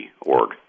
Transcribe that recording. Org